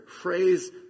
phrase